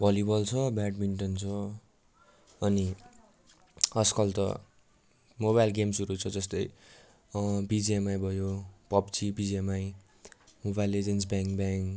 volleyball छ badminton छ अनि आजकल त मोबाइल गेम्सहरू छ जस्तै बिजीएमआई भयो PUBG BGMI mobile legends bang bang